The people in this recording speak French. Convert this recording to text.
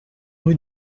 rue